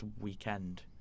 weekend